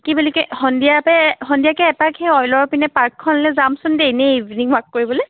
কি বুলিকে সন্ধিয়াপে সন্ধিয়াকৈ এপাক সেই অইলৰ পিনে পাৰ্কখনলৈ যামচোন দেই এনেই ইভিনিং ৱাক কৰিবলৈ